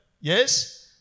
Yes